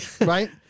right